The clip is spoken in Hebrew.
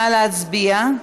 נא להצביע.